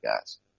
guys